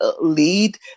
lead